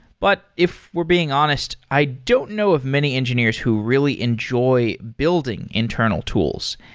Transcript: but if we're being honest, i don't know of many engineers who really enjoy building internal tools.